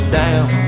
down